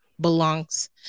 belongs